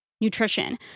nutrition